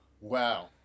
Wow